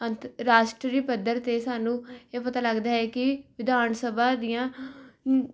ਅੰਤਰ ਰਾਸ਼ਟਰੀ ਪੱਧਰ 'ਤੇ ਸਾਨੂੰ ਇਹ ਪਤਾ ਲੱਗਦਾ ਹੈ ਕਿ ਵਿਧਾਨ ਸਭਾ ਦੀਆਂ